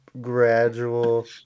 gradual